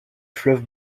fleuve